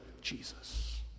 Jesus